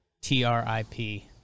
T-R-I-P